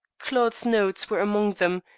claude's notes were among them,